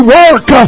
work